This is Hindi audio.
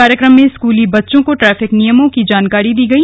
कार्यक्रम में स्कूली बच्चों को ट्रैफिक नियमों की जानकारी दी गई